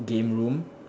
game room